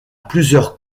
plusieurs